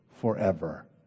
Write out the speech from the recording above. forever